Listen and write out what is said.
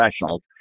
Professionals